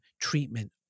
treatment